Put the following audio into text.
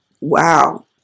Wow